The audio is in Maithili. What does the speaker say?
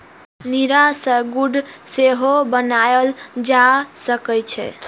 नीरा सं गुड़ सेहो बनाएल जा सकै छै